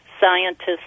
scientists